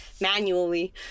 manually